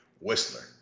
Whistler